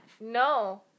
no